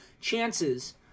chances